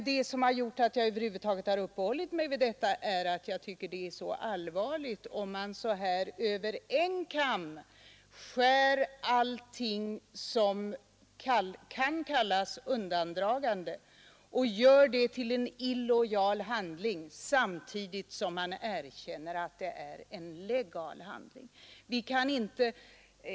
Det som har gjort att jag över huvud taget har uppehållit mig vid detta är att jag tycker det är allvarligt om man över en kam skär allting som kan kallas undandragande och betraktar det som illojalt, samtidigt som man erkänner att det är legalt.